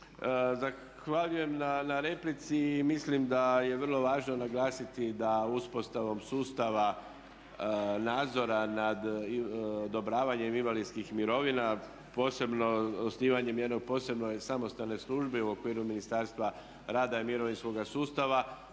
Zahvaljujem na replici i mislim da je vrlo važno naglasiti da uspostavom sustava nadzora nad odobravanjem invalidskih mirovina, a posebno osnivanjem jedne posebne samostalne službe u okviru Ministarstva rada i mirovinskoga sustava